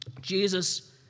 Jesus